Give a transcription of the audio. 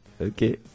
okay